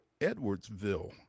Edwardsville